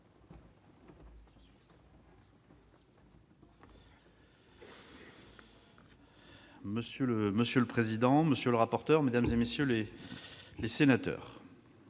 Monsieur le président, monsieur le rapporteur, mesdames, messieurs les sénateurs,